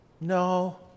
no